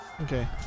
Okay